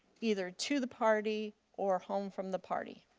either to the party or home from the party?